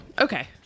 Okay